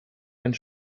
einen